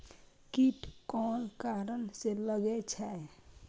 कीट कोन कारण से लागे छै?